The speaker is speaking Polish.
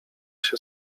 się